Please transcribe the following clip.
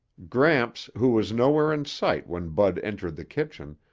gramps, who was nowhere in sight when bud entered the kitchen,